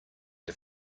the